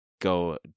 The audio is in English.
go